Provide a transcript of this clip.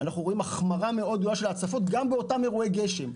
אנחנו רואים החמרה מאוד גדולה של ההצפות גם באותם אירועי גשם.